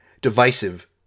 divisive